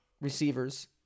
receivers